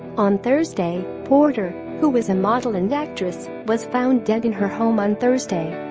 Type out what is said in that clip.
on thursday, porter, who was a model and actress, was found dead in her home on thursday